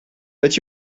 but